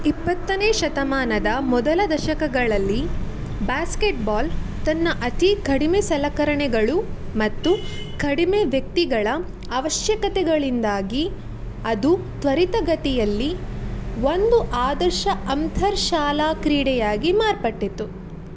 ಇಪ್ಪತ್ತನೇ ಶತಮಾನದ ಮೊದಲ ದಶಕಗಳಲ್ಲಿ ಬಾಸ್ಕೆಟ್ ಬಾಲ್ ತನ್ನ ಅತಿ ಕಡಿಮೆ ಸಲಕರಣೆಗಳು ಮತ್ತು ಕಡಿಮೆ ವ್ಯಕ್ತಿಗಳ ಅವಶ್ಯಕತೆಗಳಿಂದಾಗಿ ಅದು ತ್ವರಿತ ಗತಿಯಲ್ಲಿ ಒಂದು ಆದರ್ಶ ಅಂತರ್ಶಾಲಾ ಕ್ರೀಡೆಯಾಗಿ ಮಾರ್ಪಟ್ಟಿತು